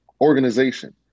organization